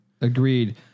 Agreed